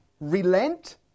relent